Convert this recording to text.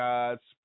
God's